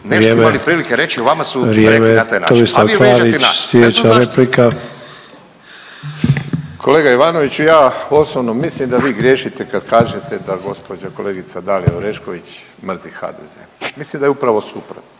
**Klarić, Tomislav (HDZ)** Kolega Ivanoviću ja osobno mislim da vi griješite kad kažete da gospođa kolegica Dalija Orešković mrzi HDZ, mislim da je upravo suprotno.